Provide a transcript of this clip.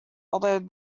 although